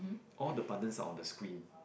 all the buttons are on the screen